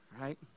right